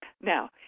Now